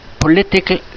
political